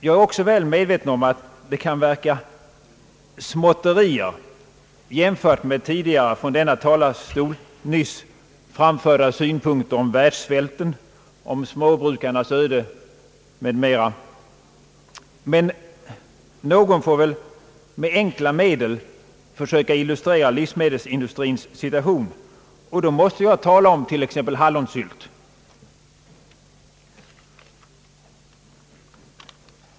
Jag är också medveten om att detta kan verka att vara småtterier, jämfört med tidigare från denna talarstol framförda synpunkter på världssvälten, småbrukarnas öde m.m. Men någon får väl med enkla medel försöka illustrera livsmedelsindustrins situation, och då måste jag tala om t.ex. hallonsylt.